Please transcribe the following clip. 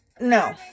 No